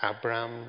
Abraham